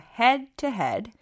head-to-head